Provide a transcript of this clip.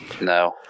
No